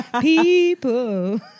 People